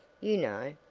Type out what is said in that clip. you know.